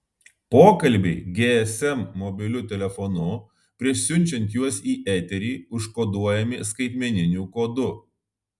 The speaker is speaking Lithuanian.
pokalbiai gsm mobiliu telefonu prieš siunčiant juos į eterį užkoduojami skaitmeniniu kodu